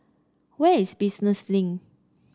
where is Business Link